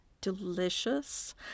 delicious